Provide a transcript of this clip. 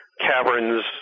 Caverns